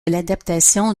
l’adaptation